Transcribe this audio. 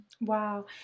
Wow